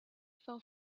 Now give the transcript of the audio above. fell